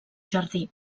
jardí